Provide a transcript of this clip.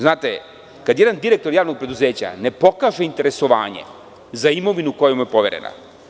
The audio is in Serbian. Znate, kad jedna direktor javnog preduzeća ne pokaže interesovanje za imovinu koja mu je poverena.